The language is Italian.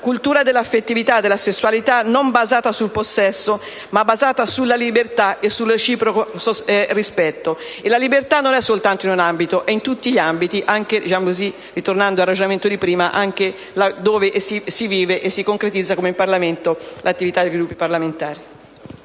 cultura dell'affettività e della sessualità non basata sul possesso, ma basata sulla libertà e sul reciproco rispetto. E la libertà non è soltanto in un ambito, ma è in tutti gli ambiti, anche - tornando al ragionamento di prima - dove si vive e si concretizza, come in Parlamento, l'attività dei Gruppi parlamentari.